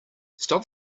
stop